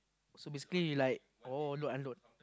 so basically like oh load unload